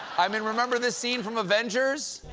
i mean, remember this scene from avengers?